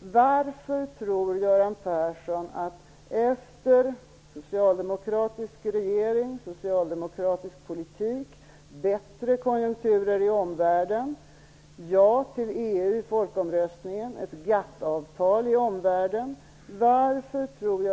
vill jag fråga: Varför tror Göran Persson att den svenska ekonomin halkar efter och att de svenska, farligt höga, räntorna fortfarande - efter det vi fått en socialdemokratisk regering och socialdemokratisk politik, bättre konjunkturer i omvärlden, ett ja till EU i folkomröstningen och ett GATT-avtal i omvärlden - är lika höga?